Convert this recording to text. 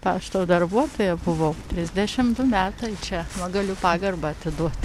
pašto darbuotoja buvau trisdešimt du metai čia va galiu pagarbą atiduoti